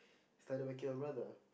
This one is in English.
started whacking everyone ah